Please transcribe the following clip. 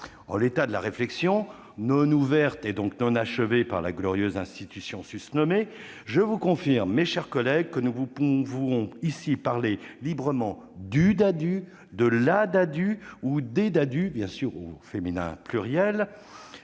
En l'état de la réflexion, non ouverte et donc non achevée par la glorieuse institution susnommée, je vous confirme, mes chers collègues, que nous pouvons librement parler du Ddadue, de la Ddadue ou des Ddadue au féminin pluriel,